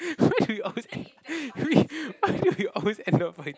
why we always we why we always end up fight